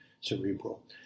cerebral